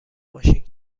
ماشین